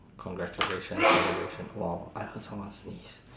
congratulation celebration !wow! I heard someone sneeze